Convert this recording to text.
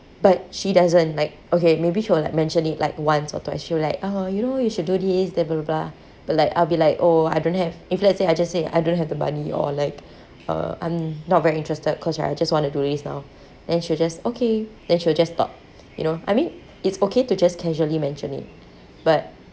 but she doesn't like okay maybe she will mention it like once or twice she will like oh you know you should do this blah blah blah but like I'll be like oh I don't have if let's say I just say I don't have the money or like uh I'm not very interested cause uh I just want to do this now and she will just okay then she will just stop you know I mean it's okay to just casually mention it but